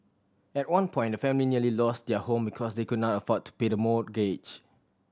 at one point the family nearly lost their home because they could not afford to pay the mortgage